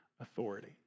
authority